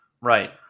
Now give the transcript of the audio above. right